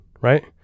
right